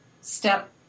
step